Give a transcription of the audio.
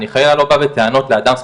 אני חלילה לא בא בטענות לאדם ספציפי,